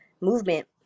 movement